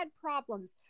problems